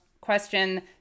question